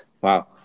wow